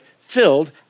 filled